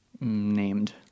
named